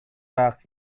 وقت